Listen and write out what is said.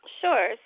Sure